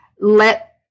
let